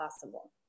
possible